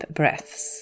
breaths